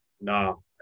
No